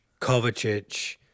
Kovacic